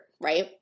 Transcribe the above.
right